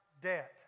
debt